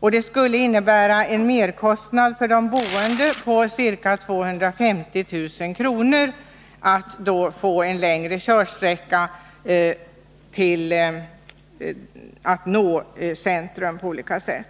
och det skulle innebära en merkostnad för de boende på ca 250 000 kr. att få en längre körsträcka till centrum på olika sätt.